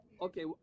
Okay